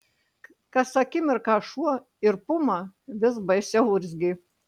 kas akimirką šuo ir puma vis baisiau urzgė